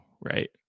right